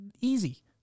Easy